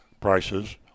prices